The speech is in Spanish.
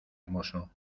hermoso